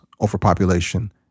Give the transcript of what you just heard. overpopulation